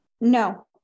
No